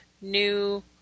new